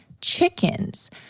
chickens